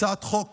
הצעת החוק